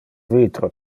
vitro